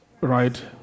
Right